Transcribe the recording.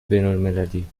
بینالمللی